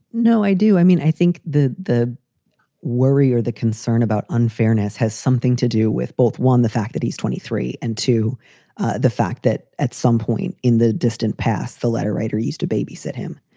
no, i do i mean, i think the the worry or the concern about unfairness has something to do with both. one, the fact that he's twenty three and to the fact that at some point in the distant past, the letter writer used to babysit him.